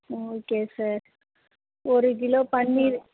ம் okay sir ஒரு kilo பன்னீர்